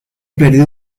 perdido